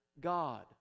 God